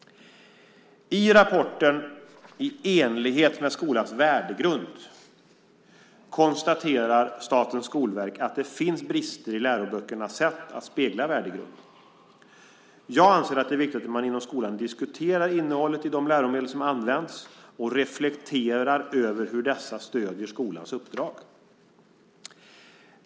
I rapporten I enlighet med skolans värdegrund? konstaterar Statens skolverk att det finns brister i läroböckernas sätt att spegla värdegrunden. Jag anser att det är viktigt att man inom skolan diskuterar innehållet i de läromedel som används och reflekterar över hur dessa stöder skolans uppdrag.